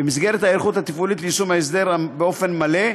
במסגרת ההיערכות התפעולית ליישום ההסדר באופן מלא,